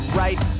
right